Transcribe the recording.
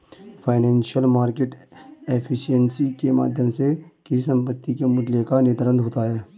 financial market efficiency के माध्यम से किसी संपत्ति के मूल्य का निर्धारण होता है